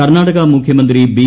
കർണ്ണാടക മുഖ്യമന്ത്രി ബി